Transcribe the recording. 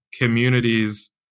Communities